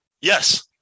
Yes